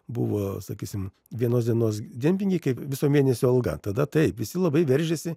buvo sakysim vienos dienos dienpinigiai viso mėnesio algą tada taip visi labai veržėsi